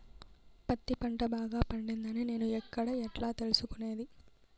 పత్తి పంట బాగా పండిందని నేను ఎక్కడ, ఎట్లా తెలుసుకునేది?